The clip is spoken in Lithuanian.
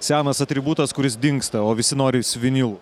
senas atributas kuris dingsta o visi norisi visi vinilų